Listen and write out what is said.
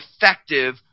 effective